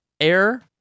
Air